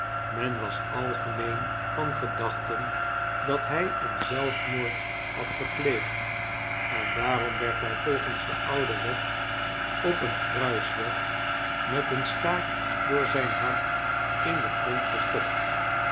men was algemeen van gedachten dat hij een zelfmoord had gepleegd en daarom werd hij volgens de oude wet op een kruisweg met een staak door zijn hart in den grond gestopt